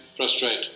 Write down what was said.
frustrated